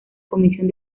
comisión